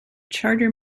charter